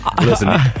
Listen